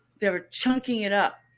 they were chunking it up.